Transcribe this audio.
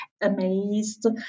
amazed